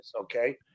okay